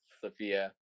Sophia